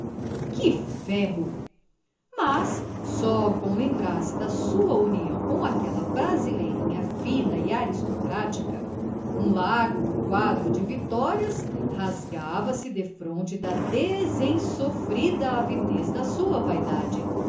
que ferro mas só com lembrar-se da sua união com aquela brasileirinha fina e aristocrática um largo quadro de vitórias rasgava se defronte da desensofrida avidez da sua vaidade